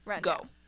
Go